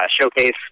showcase